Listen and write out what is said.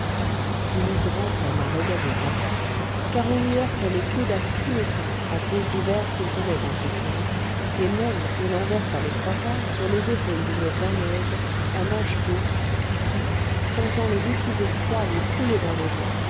il eut grand-peine à regagner sa place car on lui heurtait les coudes à tous les pas à cause du verre qu'il tenait entre ses mains et même il en versa les trois quarts sur les épaules d'une rouennaise en manches courtes qui sentant le liquide froid lui couler dans les reins